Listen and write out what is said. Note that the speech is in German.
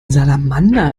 salamander